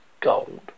gold